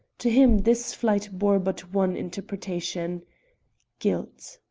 to him this flight bore but one interpretation guilt.